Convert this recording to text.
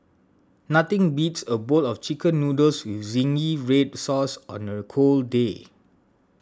nothing beats a bowl of Chicken Noodles with Zingy Red Sauce on a cold day